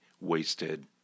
wasted